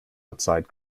outside